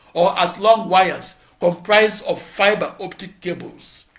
or as long wires comprised of fiber optic cables.